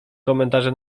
komentarze